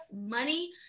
money